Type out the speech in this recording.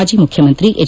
ಮಾಜಿ ಮುಖ್ಯಮಂತ್ರಿ ಎಚ್